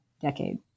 decade